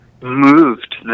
Moved